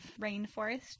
rainforest